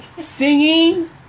singing